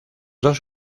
dos